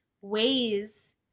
ways